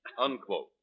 Unquote